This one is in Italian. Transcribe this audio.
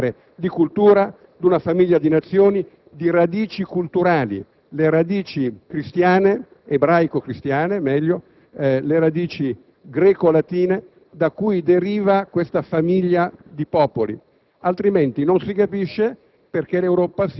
Non è possibile rilanciare l'idea dell'Europa senza parlare di cultura, di una famiglia di Nazioni, di radici culturali, le radici cristiane (o, meglio, ebraico-cristiane), le radici greco-latine, da cui deriva questa famiglia di popoli,